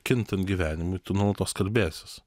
kintant gyvenimui tu nuolatos kalbėsis